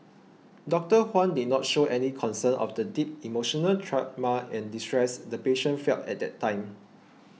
Doctor Huang did not show any concern of the deep emotional trauma and distress the patient felt at that time